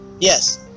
Yes